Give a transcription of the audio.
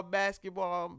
basketball